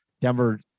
Denver